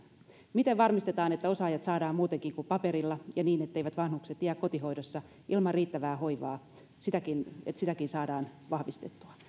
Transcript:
miten varmistetaan että osaajat saadaan muutenkin kuin paperilla niin etteivät vanhukset jää kotihoidossa ilman riittävää hoivaa sitäkin on saatava vahvistettua